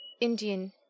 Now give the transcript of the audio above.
Indian